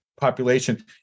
population